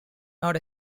not